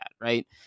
Right